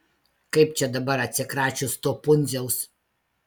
kaip čia dabar atsikračius to pundziaus